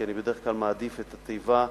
אני בדרך כלל מעדיף את התיבה: